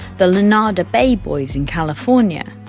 the lunada bay boys in california.